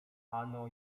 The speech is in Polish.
ano